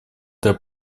для